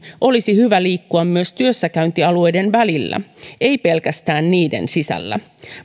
olisi hyvä liikkua myös työssäkäyntialueiden välillä ei pelkästään niiden sisällä